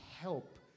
help